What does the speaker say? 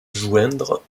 joindre